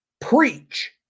preach